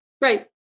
Right